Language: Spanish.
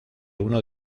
uno